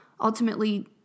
ultimately